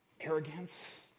arrogance